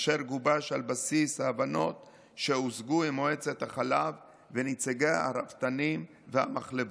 אשר גובש על בסיס ההבנות שהושגו עם מועצת החלב ונציגי הרפתנים והמחלבות.